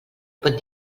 pot